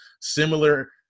similar